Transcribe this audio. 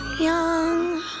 young